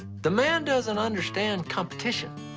the man doesn't understand competition.